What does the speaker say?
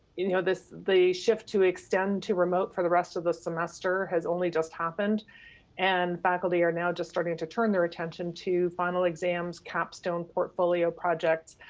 you know the shift to extend to remote for the rest of the semester has only just happened and faculty are now just starting to turn their attention to final exams, capstone, portfolio project.